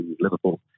Liverpool